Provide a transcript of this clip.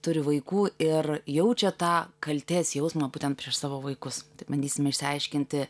turi vaikų ir jaučia tą kaltės jausmą būtent prieš savo vaikus bandysime išsiaiškinti